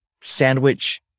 sandwich